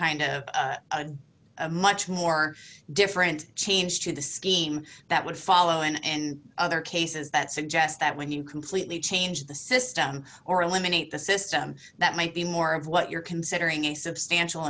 a much more different change to the scheme that would follow in and other cases that suggest that when you completely change the system or eliminate the system that might be more of what you're considering a substantial